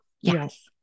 Yes